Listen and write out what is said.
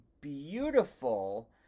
beautiful